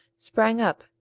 sprang up,